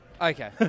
Okay